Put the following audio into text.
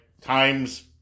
times